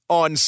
on